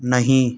नहीं